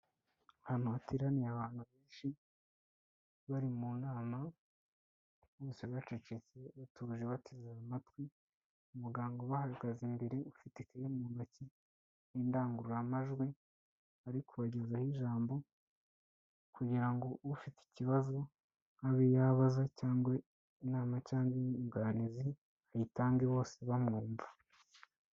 Ahantu hateraniye abantu benshi bari mu nama, bose bacecetse batuje batezega amatwi, umuganga ubahagaze imbere ufite kaya mu ntoki n'indangururamajwi, ari kubagezaho ijambo kugira ngo ufite ikibazo abe yabaza cyangwa inama cyangwa inyunganizi, ayitange bose bamwumva.